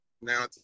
now